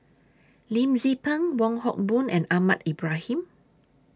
Lim Tze Peng Wong Hock Boon and Ahmad Ibrahim